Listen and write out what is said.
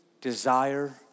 desire